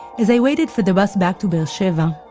as i waited for the bus back to be'er sheva,